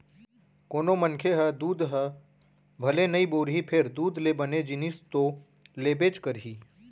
कोनों मनखे ह दूद ह भले नइ बउरही फेर दूद ले बने जिनिस तो लेबेच करही